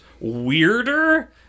weirder